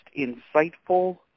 insightful